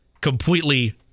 completely